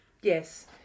Yes